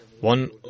One